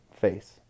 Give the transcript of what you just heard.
face